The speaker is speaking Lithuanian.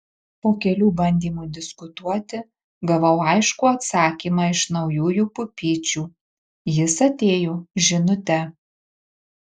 po kelių bandymų diskutuoti gavau aiškų atsakymą iš naujųjų pupyčių jis atėjo žinute